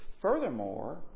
Furthermore